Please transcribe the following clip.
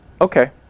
okay